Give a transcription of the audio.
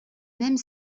même